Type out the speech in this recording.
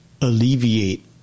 alleviate